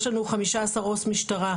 יש לנו חמישה עשר עו"ס משטרה.